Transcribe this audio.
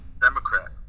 Democrat